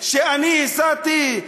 שאני הסתּי?